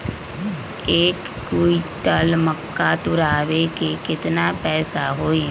एक क्विंटल मक्का तुरावे के केतना पैसा होई?